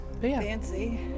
Fancy